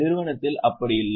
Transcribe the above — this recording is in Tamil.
நிறுவனத்தில் அப்படி இல்லை